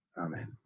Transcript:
Amen